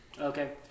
Okay